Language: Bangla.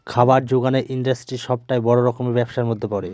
খাবার জোগানের ইন্ডাস্ট্রি সবটাই বড় রকমের ব্যবসার মধ্যে পড়ে